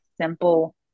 simple